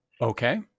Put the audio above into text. Okay